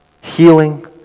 healing